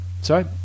Sorry